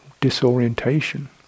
disorientation